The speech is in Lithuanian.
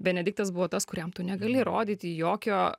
benediktas buvo tas kuriam tu negali rodyti jokio